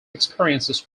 experiences